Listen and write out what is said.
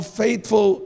faithful